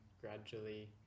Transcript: gradually